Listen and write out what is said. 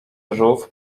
rów